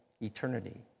eternity